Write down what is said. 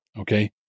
okay